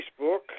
Facebook